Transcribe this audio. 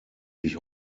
sich